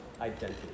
identity